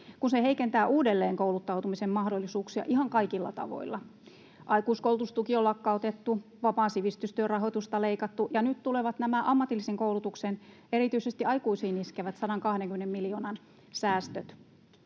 kun se heikentää uudelleenkouluttautumisen mahdollisuuksia ihan kaikilla tavoilla: aikuiskoulutustuki on lakkautettu, vapaan sivistystyön rahoitusta leikattu, ja nyt tulevat nämä ammatillisen koulutuksen erityisesti aikuisiin iskevät 120 miljoonan säästöt.